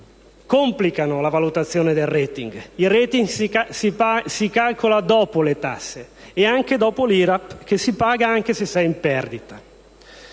complicano la valutazione del *rating*, il quale si calcola dopo le tasse e anche dopo l'IRAP, che si paga anche se si è in perdita.